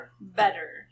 better